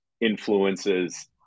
influences